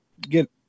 get